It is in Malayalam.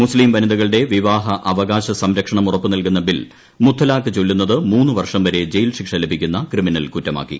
മുസ്തീം വനിതകളുടെ വിവാഹ അവകാശ സംരക്ഷണം ഉറപ്പു നൽകുന്ന ബിൽ മുത്തലാഖ് ചൊല്ലുന്നത് മൂന്ന് വർഷം വരെ ജയിൽ ശിക്ഷ ലഭിക്കുന്ന ക്രിമിനൽ കുറ്റമാക്കി